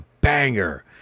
banger